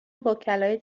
وکلای